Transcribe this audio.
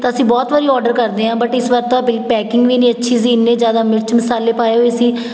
ਤਾਂ ਅਸੀਂ ਬਹੁਤ ਵਾਰੀ ਔਡਰ ਕਰਦੇ ਹਾਂ ਬਟ ਇਸ ਵਾਰ ਤਾਂ ਬਿਲ ਪੈਕਿੰਗ ਵੀ ਨਹੀਂ ਅੱਛੀ ਸੀ ਇੰਨੇ ਜ਼ਿਆਦਾ ਮਿਰਚ ਮਸਾਲੇ ਪਾਏ ਹੋਏ ਸੀ